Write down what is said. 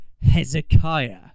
Hezekiah